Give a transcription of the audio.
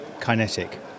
kinetic